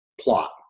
plot